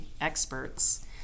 experts